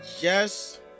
Yes